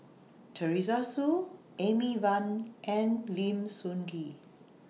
Teresa Hsu Amy Van and Lim Sun Gee